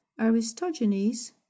Aristogenes